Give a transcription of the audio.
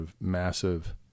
massive